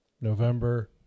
November